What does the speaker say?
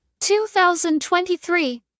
2023